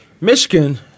Michigan